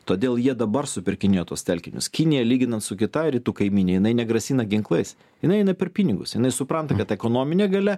todėl jie dabar supirkinėja tuos telkinius kinija lyginant su kita rytų kaimyne jinai negrasina ginklais jinai eina per pinigus jinai supranta kad ekonominė galia